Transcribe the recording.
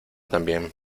también